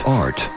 art